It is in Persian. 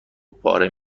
پاره